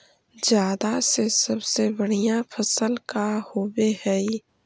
जादा के सबसे बढ़िया फसल का होवे हई?